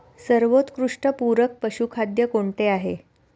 सर्वोत्कृष्ट पूरक पशुखाद्य कोणते आहे?